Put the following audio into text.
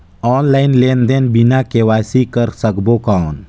Online लेनदेन बिना KYC कर सकबो कौन??